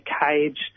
cage